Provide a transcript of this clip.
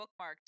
bookmarked